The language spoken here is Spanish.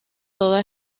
toda